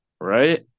Right